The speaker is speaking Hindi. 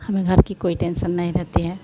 हमें घर की कोई टेन्सन नहीं रहती है